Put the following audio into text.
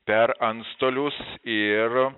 per antstolius ir